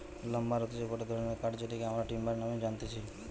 lumber হতিছে গটে ধরণের কাঠ যেটিকে আমরা টিম্বার নামেও জানতেছি